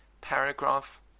paragraph